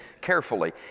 carefully